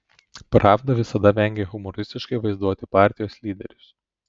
pravda visada vengė humoristiškai vaizduoti partijos lyderius